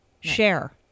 share